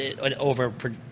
over